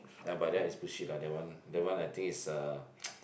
but that is bullshit lah that one that one I think is uh